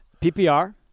PPR